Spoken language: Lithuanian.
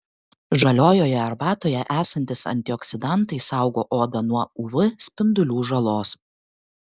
žaliojoje arbatoje esantys antioksidantai saugo odą nuo uv spindulių žalos